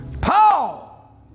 Paul